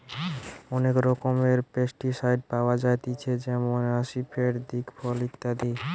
অনেক রকমের পেস্টিসাইড পাওয়া যায়তিছে যেমন আসিফেট, দিকফল ইত্যাদি